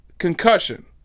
concussion